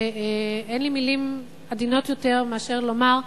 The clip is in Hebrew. שאין לי מלים עדינות יותר מאשר לומר נכוחה: